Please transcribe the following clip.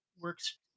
works